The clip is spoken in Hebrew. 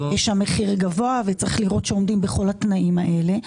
המחיר שם גבוה וצריך לראות שעומדים בכל התנאים האלה.